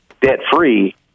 debt-free